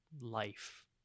life